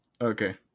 Okay